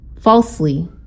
falsely